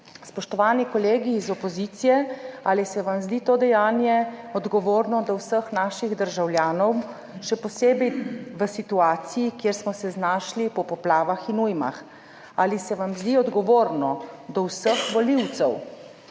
Spoštovani kolegi iz opozicije, ali se vam zdi to dejanje odgovorno do vseh naših državljanov, še posebej v situaciji, v kateri smo se znašli po poplavah in ujmah? Ali se vam zdi odgovorno do vseh volivcev?